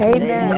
Amen